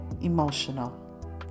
emotional